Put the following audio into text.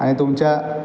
आणि तुमच्या